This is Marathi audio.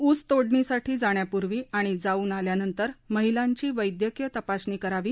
ऊस तोडणीसाठी जाण्यापूर्वी आणि जाऊन आल्यानंतर महिलांची वैद्यकीय तपासणी करावी